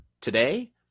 today